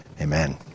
Amen